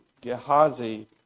Gehazi